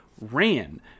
ran